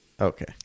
Okay